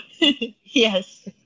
yes